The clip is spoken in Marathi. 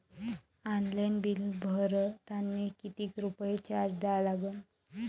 ऑनलाईन बिल भरतानी कितीक रुपये चार्ज द्या लागन?